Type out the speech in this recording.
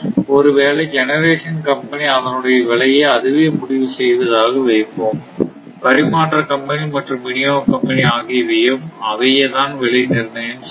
ஒருவேளை generation company அதனுடைய விலையை அதுவே முடிவு செய்வதாக வைப்போம் பரிமாற்ற கம்பெனி மற்றும் விநியோக கம்பெனி ஆகியவையும் அவையே தான் விலை நிர்ணயம் செய்யும்